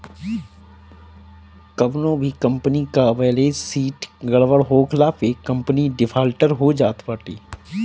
कवनो भी कंपनी कअ बैलेस शीट गड़बड़ होखला पे कंपनी डिफाल्टर हो जात बाटे